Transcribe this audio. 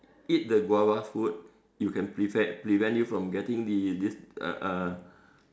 eat the guava fruit you can prevent prevent you from getting the this uh uh